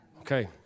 Okay